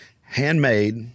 Handmade